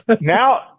Now